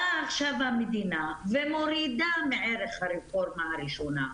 באה עכשיו המדינה ומורידה מערך הרפורמה הראשונה.